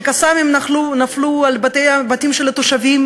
ש"קסאמים" נפלו על בתים של תושבים.